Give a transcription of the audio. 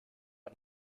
man